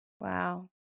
Wow